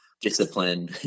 discipline